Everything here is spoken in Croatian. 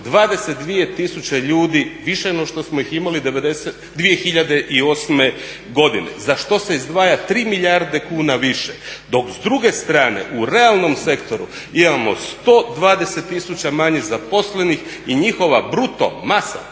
tisuće ljudi no što smo ih imali 2008. godine za što se izdvaja 3 milijarde kuna više, dok s druge strane u realnom sektoru imao 120 tisuća manje zaposlenih i njihova bruto masa